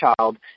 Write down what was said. child